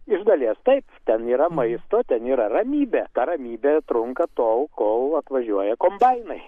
iš dalies taip ten yra maisto ten yra ramybė ta ramybė trunka tol kol atvažiuoja kombainai